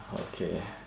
okay